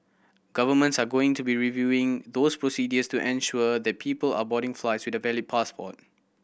governments are going to be reviewing those procedures to ensure that people are boarding flights with a valid passport